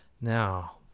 Now